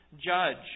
judge